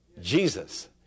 Jesus